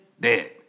Dead